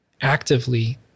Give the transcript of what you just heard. actively